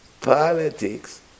Politics